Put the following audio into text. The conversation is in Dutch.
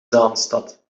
zaanstad